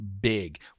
big